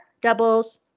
doubles